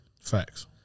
Facts